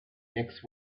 next